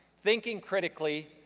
thinking critically,